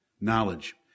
Knowledge